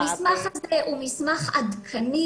המסמך הזה הוא מסמך עדכני,